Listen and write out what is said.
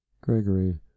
Gregory